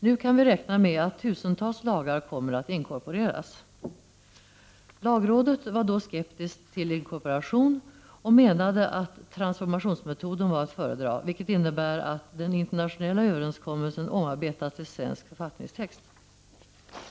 Nu kan vi räkna med att tusentals lagar kommer att inkorporeras. Lagrådet var således skeptisk till inkorporation och menade att transformationsmetoden var att föredra, vilken innebär att den internationella överenskommelsen omarbetas till svensk författningstext.